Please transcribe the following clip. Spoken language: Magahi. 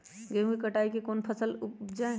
गेंहू के कटाई के बाद कौन सा फसल उप जाए?